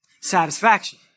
Satisfaction